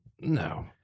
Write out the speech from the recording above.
No